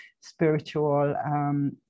spiritual